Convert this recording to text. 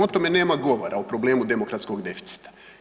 O tome nema govora, o problemu demokratskog deficita.